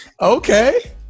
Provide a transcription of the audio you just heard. Okay